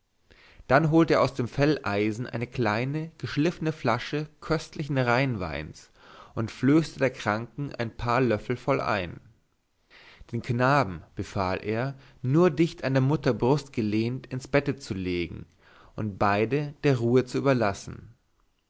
dann holte er aus dem felleisen eine kleine geschliffene flasche köstlichen rheinweins und flößte der kranken ein paar löffel voll ein den knaben befahl er nur dicht an der mutter brust gelehnt ins bette zu legen und beide der ruhe zu überlassen